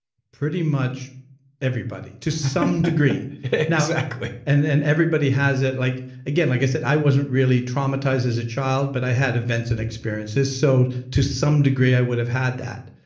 pretty much everybody to some degree exactly and and everybody has it. like again, like i said, i wasn't really traumatized as a child but i had events and experiences, so to some degree i would have had that.